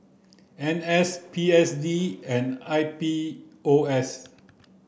N S P S D and I P O S